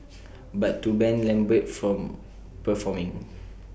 but to ban lambert from performing